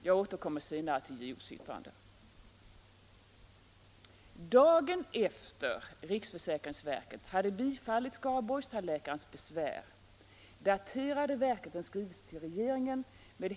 Jag återkommer senare till JO:s yttrande.